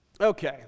Okay